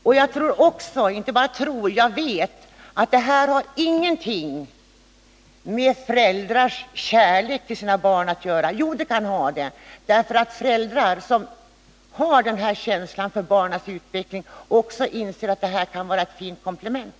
Och jag vet att barns vistelse på daghem har ingenting med föräldrars kärlek till sina barn att göra. Jo, det kan ha det. Föräldrar som har känsla för barns utveckling inser att daghem kan vara ett fint komplement.